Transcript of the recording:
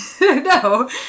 no